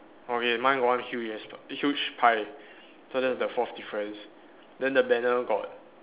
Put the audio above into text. okay mine got one huge ass huge pie so that's the forth difference then the banner got